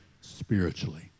spiritually